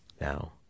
now